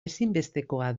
ezinbestekoa